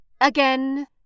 Again